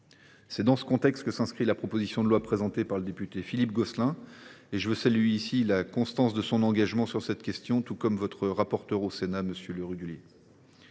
C’est dans ce contexte que s’inscrit la proposition de loi présentée par le député Philippe Gosselin. Je veux saluer ici la constance de son engagement sur cette question, tout comme celle du rapporteur pour le Sénat, Stéphane Le Rudulier.